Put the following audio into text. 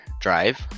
drive